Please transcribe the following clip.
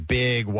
big